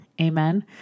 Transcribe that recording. Amen